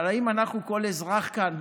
אבל האם אנחנו, כל אזרח כאן,